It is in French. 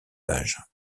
page